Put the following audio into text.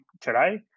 today